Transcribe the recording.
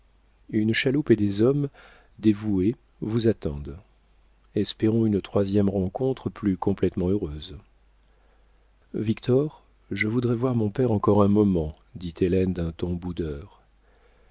une chaloupe et des hommes dévoués vous attendent espérons une troisième rencontre plus complétement heureuse victor je voudrais voir mon père encore un moment dit hélène d'un ton boudeur